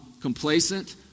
complacent